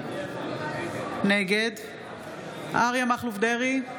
נגד אריה מכלוף דרעי,